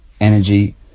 energy